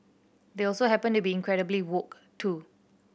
they also happen to be incredibly woke too